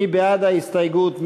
מי בעד ההסתייגות?